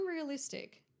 unrealistic